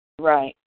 Right